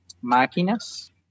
máquinas